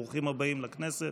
ברוכים הבאים לכנסת.